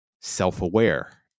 self-aware